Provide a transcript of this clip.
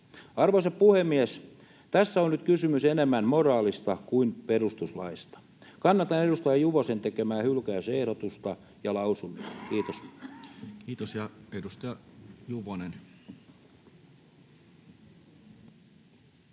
Arvoisa puhemies! Tässä on nyt kysymys enemmän moraalista kuin perustuslaista. Kannatan edustaja Juvosen tekemää hylkäysehdotusta ja lausumia. — Kiitos. [Speech 65] Speaker: